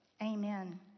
Amen